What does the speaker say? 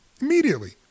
Immediately